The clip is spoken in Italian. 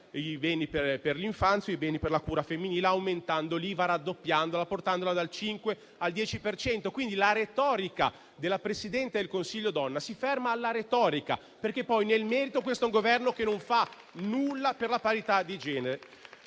i beni per l'infanzia e i beni per la cura femminile, aumentando l'IVA, raddoppiandola, portandola dal 5 al 10 per cento. Quindi, la retorica del Presidente del Consiglio donna si ferma alla retorica, perché poi, nel merito, questo è un Governo che non fa nulla per la parità di genere.